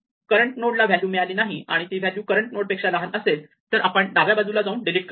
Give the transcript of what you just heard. current node ला value मिळाली नाही आणि ती व्हॅल्यू करंट नोड पेक्षा लहान असेल तर आपण डाव्या बाजूला जाऊन डिलीट करू